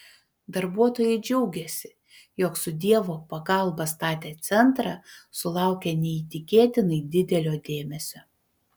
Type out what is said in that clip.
darbuotojai džiaugėsi jog su dievo pagalba statę centrą sulaukia neįtikėtinai didelio dėmesio